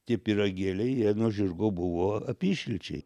tie pyragėliai jie nuo žirgo buvo apyšilčiai